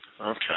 Okay